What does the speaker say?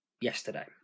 yesterday